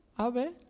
Abel